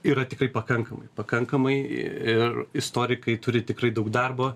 yra tikrai pakankamai pakankamai ir istorikai turi tikrai daug darbo